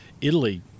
Italy